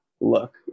look